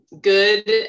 good